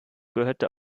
gehörte